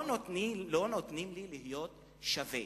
לא נותנים לי להיות שווה.